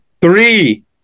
Three